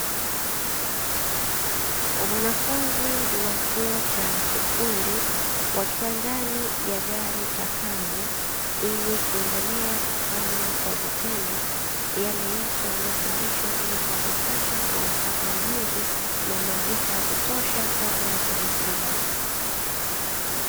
Wanafunzi wa chuo cha ufundi wakiwa ndani ya gari chakavu, ili kuendelea kufanya kwa vitendo yale yote waliyofundishwa ili kuhakikisha wanapata ujuzi na maarifa ya kutosha kabla ya kuhitimu.